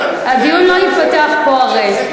הדיון לא ייפתח פה הרי.